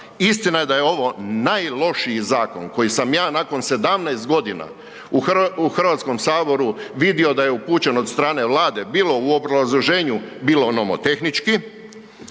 Istina je da je ovo najlošiji zakon koji sam ja nakon 17 godina u HS-u vidio da je upućen od strane Vlade, bilo u obrazloženju, bilo nomotehnički.